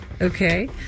Okay